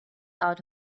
out